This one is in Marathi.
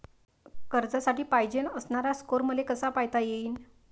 कर्जासाठी पायजेन असणारा स्कोर मले कसा पायता येईन?